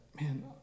man